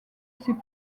ses